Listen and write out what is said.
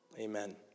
amen